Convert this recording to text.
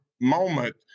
moment